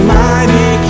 mighty